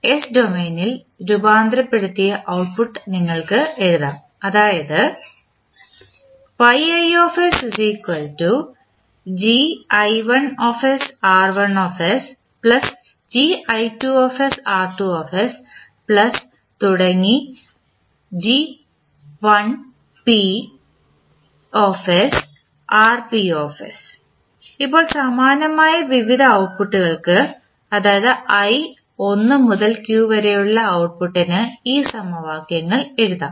S ഡൊമെയ്നിൽ രൂപാന്തരപ്പെടുത്തിയ output നിങ്ങൾക്ക് എഴുതാം അതായത് ഇപ്പോൾ സമാനമായി വിവിധ ഔട്ട്പുട്ട്കൾക്ക് അതായത് i 1 മുതൽ q വരെയുള്ള ഔട്ട്പുട്ട്നു ഈ സമവാക്യങ്ങൾ എഴുതാം